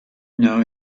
know